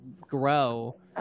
grow